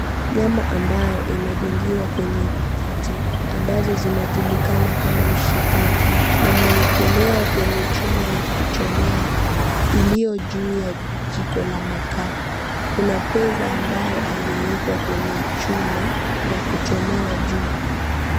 Nyama ambayo imedungiwa kwenye vijiti ambazo zinajulikana kama mshikaki. Yameekelewa kwenye chuma ya kuchomewa iliyojuu ya jiko la makaa. Kuna pweza ambaye amewekwa kwenye chuma na kuchomewa juu.